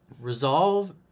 Resolve